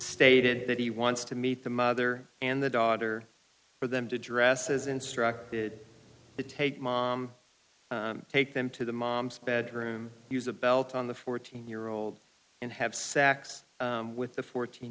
stated that he wants to meet the mother and the daughter for them to dress as instructed to take mom take them to the mom's bedroom use a belt on the fourteen year old and have sex with the fourteen